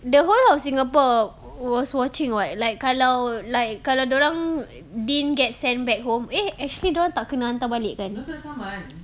the whole of singapore was watching [what] like kalau like kalau dorang didn't get send back home eh actually dorang tak kena hantar balik kan